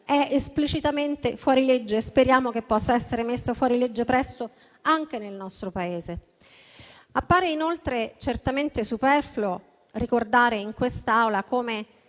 è esplicitamente fuori legge e speriamo che possa essere messa fuori legge presto anche in Italia. Appare inoltre certamente superfluo ricordare in quest'Aula come